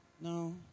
No